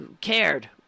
cared